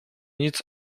nic